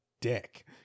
dick